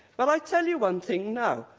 but i'll tell you one thing now,